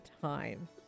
time